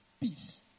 peace